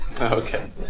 Okay